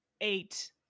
eight